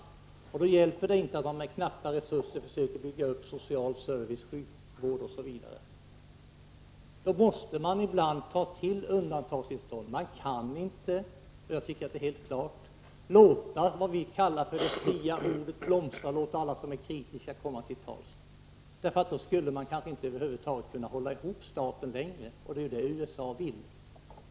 Då hjälper det inte att man med knappa resurser försöker bygga upp social service, sjukvård osv., utan då måste man ibland ta till undantagstillstånd. Man kan inte låta vad vi kallar det fria ordet blomstra och låta alla som är kritiska komma till tals — det tycker jag är helt klart. I så fall skulle man kanske över huvud taget inte kunna hålla ihop staten längre, och det är ju just det USA vill.